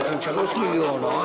הצבעה בעד, רוב נגד, נמנעים, פניות